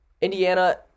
Indiana